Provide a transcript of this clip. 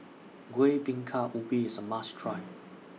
Kueh Bingka Ubi IS A must Try